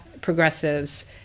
progressives